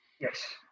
Yes